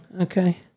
Okay